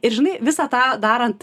ir žinai visą tą darant